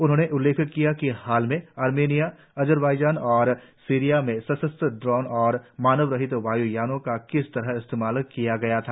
उन्होंने उल्लेख किया कि हाल में आर्मेनिया अज़रबाइजान और सीरिया में सशस्त्र ड्रोन और मानव रहित वाय् यानों का किस तरह इस्तेमाल किया गया था